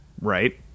Right